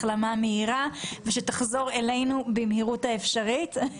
החלמה מהירה ושתחזור אלינו במהירות האפשרית.